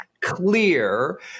clear